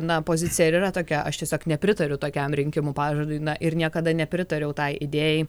na pozicija ir yra tokia aš tiesiog nepritariu tokiam rinkimų pažadui na ir niekada nepritariau tai idėjai